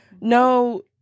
no